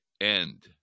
end